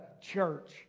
church